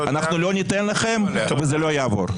אנחנו לא ניתן לכם וזה לא יעבור.